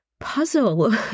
puzzle